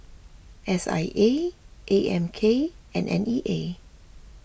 S I A A M K and N E A